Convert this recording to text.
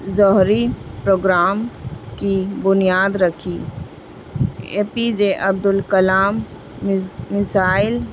زہری programme کی بنیاد رکھی A P J Abdul Kalam مز مزائل